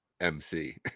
mc